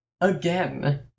again